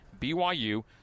BYU